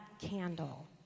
candle